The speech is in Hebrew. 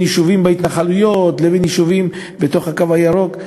יישובים בהתנחלויות לבין יישובים בתוך הקו הירוק.